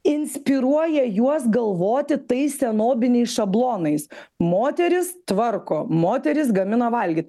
inspiruoja juos galvoti tai senobiniais šablonais moterys tvarko moterys gamina valgyt